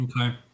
Okay